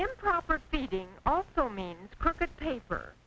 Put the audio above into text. improper feeding also means crooked paper